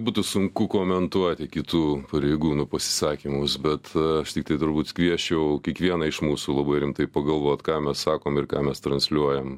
būtų sunku komentuoti kitų pareigūnų pasisakymus bet aš tiktai turbūt kviesčiau kiekvieną iš mūsų labai rimtai pagalvot ką mes sakom ir ką mes transliuojam